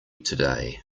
today